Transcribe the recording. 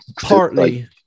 Partly